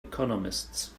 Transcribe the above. economists